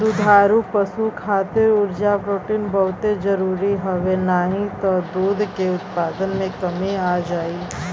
दुधारू पशु खातिर उर्जा, प्रोटीन बहुते जरुरी हवे नाही त दूध के उत्पादन में कमी आ जाई